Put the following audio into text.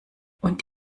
und